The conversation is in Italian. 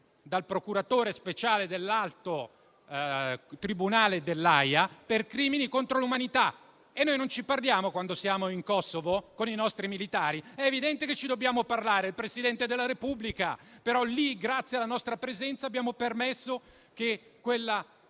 dal procuratore speciale dell'Alto tribunale dell'Aia per crimini contro l'umanità, e noi non ci parliamo? Quando siamo in Kosovo con i nostri militari? È evidente che ci dobbiamo parlare, visto che è il Presidente della Repubblica! Però lì, grazie alla nostra presenza, abbiamo permesso che quella